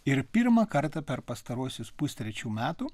ir pirmą kartą per pastaruosius pustrečių metų